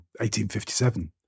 1857